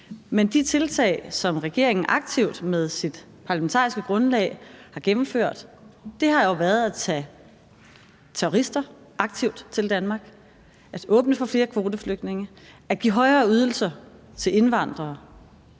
Men de tiltag, som regeringen aktivt med sit parlamentariske grundlag har gennemført, har jo været aktivt at tage terrorister til Danmark, at åbne for flere kvoteflygtninge, at give højere ydelser til indvandrere,